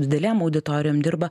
didelėm auditorijom dirba